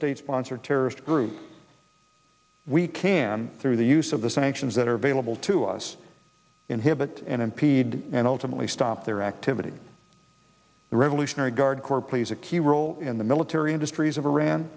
state sponsor terrorist group we can through the use of the sanctions that are available to us inhibit and impede and ultimately stop their activity the revolutionary guard corps plays a key role in the military industries of